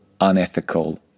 unethical